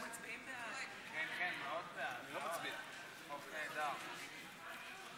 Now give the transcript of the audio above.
ההצעה להעביר את הצעת חוק ארגון הפיקוח